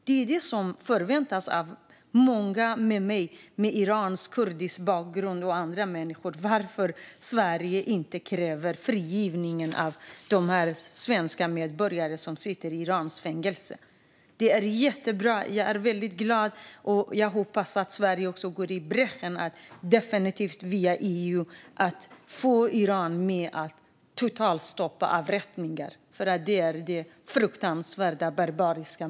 Det är det vi förväntar oss, jag och många med mig, vi med iransk-kurdisk bakgrund och andra. Varför kräver Sverige inte frigivning av de svenska medborgare som sitter i iranskt fängelse? Det vore jättebra och jag skulle bli jätteglad om Sverige gick i bräschen för att via EU få Iran med på ett totalstopp för avrättningar, för de är fruktansvärda och barbariska.